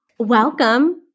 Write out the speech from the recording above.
Welcome